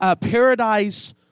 paradise